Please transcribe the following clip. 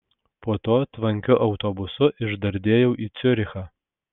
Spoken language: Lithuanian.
po to tvankiu autobusu išdardėjau į ciurichą